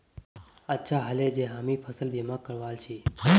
अच्छा ह ले जे हामी फसल बीमा करवाल छि